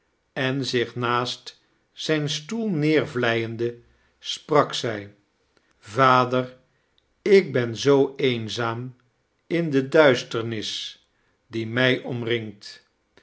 en zieh naast zijn stoel neervlijende sprak zrj vader ik ben zoo eenzaam in de duistebqis die mij omrimgt